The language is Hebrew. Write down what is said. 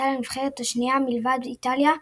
והייתה לנבחרת השנייה מלבד איטליה,